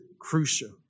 crucial